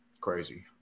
Crazy